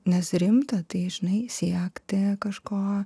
nes rimta tai žinai siekti kažko